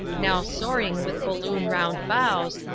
now soaring with balloon-round bows,